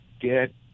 Get